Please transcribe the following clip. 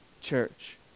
church